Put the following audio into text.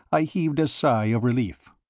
i heaved a sigh of relief.